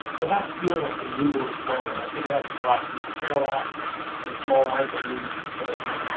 they have a feeling like they move a little slower. and i think it has a lot to do parallax and small micromovements of the character.